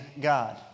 God